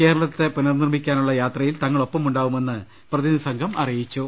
കേരളത്തെ പുനർനിർമ്മിക്കാനുള്ള യാത്രയിൽ തങ്ങൾ ഒപ്പമുണ്ടാവുമെന്ന് പ്രതി നിധി സംഘം അറിയിച്ചു